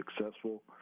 successful